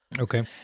Okay